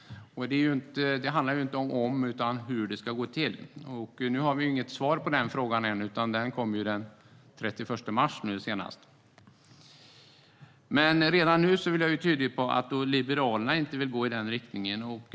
Det handlar inte om om utan om hur det ska gå till. Nu har vi inte något svar på frågan ännu, utan det kommer senast den 31 mars. Redan nu vill jag vara tydlig med att Liberalerna inte vill gå i den riktningen.